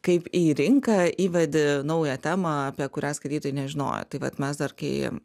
kaip į rinką įvedi naują temą apie kurią skaitytojai nežinojo tai vat mes dar kai